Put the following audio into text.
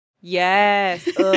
Yes